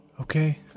okay